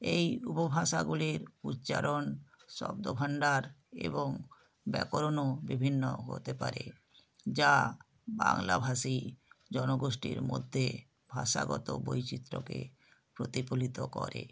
এই উপভাষাগুলির উচ্চারণ শব্দভান্ডার এবং ব্যাকরণও বিভিন্ন হতে পারে যা বাংলাভাষী জনগোষ্টীর মধ্যে ভাষাগত বৈচিত্র্যকে প্রতিফলিত করে